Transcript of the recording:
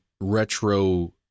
retro